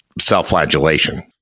self-flagellation